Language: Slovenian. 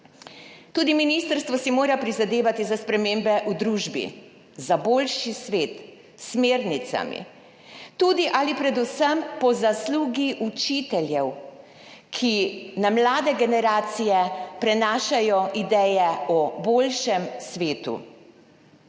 Tudi ministrstvo si mora prizadevati za spremembe v družbi, za boljši svet, s smernicami ali predvsem po zaslugi učiteljev, ki na mlade generacije prenašajo ideje o boljšem svetu.